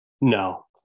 No